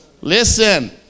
Listen